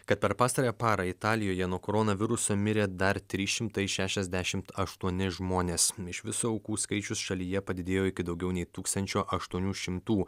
kad per pastarąją parą italijoje nuo koronaviruso mirė dar trys šimtai šešiasdešimt aštuoni žmonės iš viso aukų skaičius šalyje padidėjo iki daugiau nei tūkstančio aštuonių šimtų